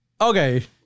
Okay